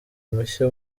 mushya